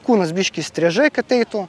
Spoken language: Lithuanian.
kūnas biškį įstrižai kad eitų